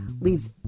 leaves